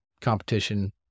competition